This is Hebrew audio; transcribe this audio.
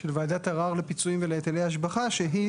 של ועדת ערר לפיצויים ולהטלי השבחה שהיא,